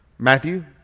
Matthew